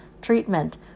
Treatment